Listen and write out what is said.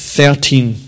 Thirteen